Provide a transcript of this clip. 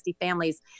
families